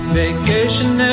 vacation